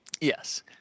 Yes